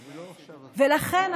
לכן,